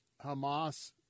Hamas